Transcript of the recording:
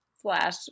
flash